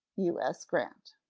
u s. grant.